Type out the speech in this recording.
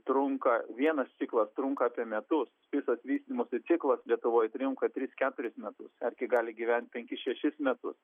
trunka vienas ciklas trunka apie metus visas vystymosi ciklas lietuvoj triunka tris keturis metus erkė gali gyvent penkis šešis metus